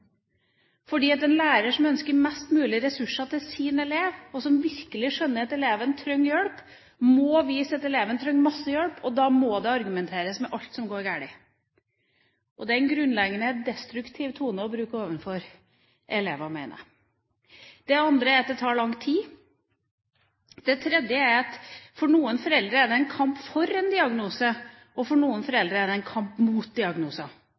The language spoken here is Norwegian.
som ønsker mest mulig ressurser til sin elev – og som virkelig skjønner at eleven trenger hjelp – må vise at eleven trenger mye hjelp, og da må det argumenteres med alt som går galt. Det er en grunnleggende destruktiv tone å bruke overfor elevene, mener jeg. Det andre er at det tar lang tid. Det tredje er at for noen foreldre er det en kamp for en diagnose, men for andre foreldre er det en kamp mot